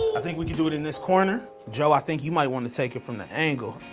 i think we can do it in this corner. joe i think you might wanna take it from the angle.